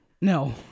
No